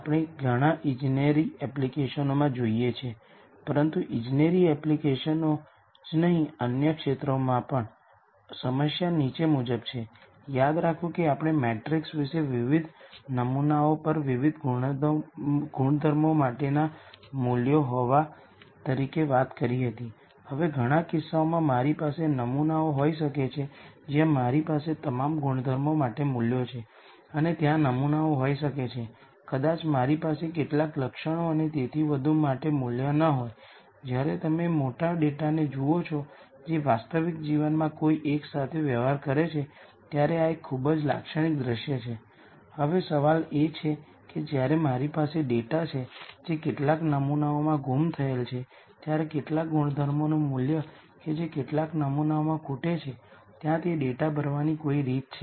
હવે eigen values અને eigen વેક્ટરર્સનું બીજું પાસું છે જે મહત્વપૂર્ણ છે જો મારી પાસે મેટ્રિક્સ A છે અને મારી પાસે n અલગ અલગ આઇગન વૅલ્યુઝ છે λ₁ થી λn તે બધા અલગ છે તો પછી મારી પાસે ચોક્કસપણે n linearly independent eigen vector હશે તેમને અનુરૂપ v1v2 vn સુધી હોઈ શકું તેમછતાં જો ત્યાં અમુક ચોક્કસ આઇગન વૅલ્યુઝ છે જે પુનરાવર્તિત થાય છે